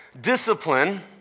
discipline